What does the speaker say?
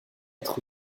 être